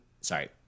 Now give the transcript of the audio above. Sorry